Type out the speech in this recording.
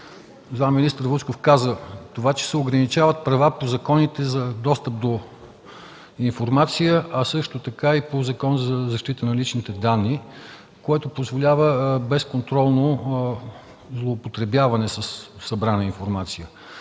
заместник-министър Вучков каза, че се ограничават правата в законите за достъп до информация, а също така и в Закона за защита на личните данни, който позволява безконтролно злоупотребяване със събраната информация.